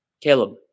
Caleb